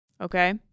Okay